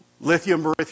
lithium